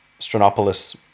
stranopoulos